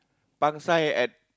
pangsai at